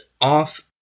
off